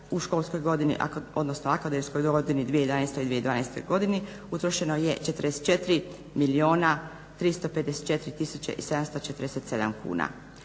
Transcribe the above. u školskoj godini odnosno akademskoj godini 2011.-2012. godini utrošeno je 44 milijuna